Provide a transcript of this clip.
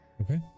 Okay